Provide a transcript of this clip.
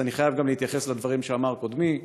אני חייב גם להתייחס לדברים שאמר קודמי.